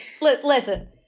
listen